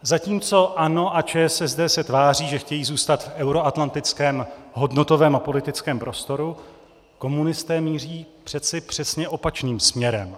Zatímco ANO a ČSSD se tváří, že chtějí zůstat v euroatlantickém hodnotovém a politickém prostoru, komunisté míří přeci přesně opačným směrem.